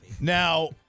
Now